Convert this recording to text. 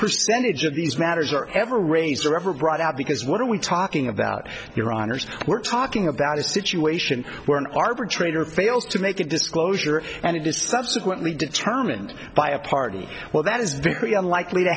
percentage of these matters are ever raised or ever brought out because what are we talking about your honour's we're talking about a situation where an arbitrator fails to make a disclosure and it is subsequently determined by a party well that is very unlikely to